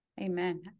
Amen